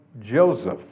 Joseph